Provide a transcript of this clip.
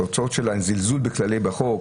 שהתוצאות שלה הן זלזול כללי בחוק,